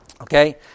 Okay